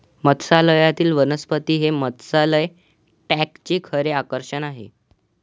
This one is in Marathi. मत्स्यालयातील वनस्पती हे मत्स्यालय टँकचे खरे आकर्षण आहे